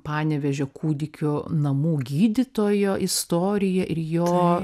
panevėžio kūdikių namų gydytojo istorija ir jo